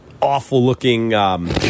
awful-looking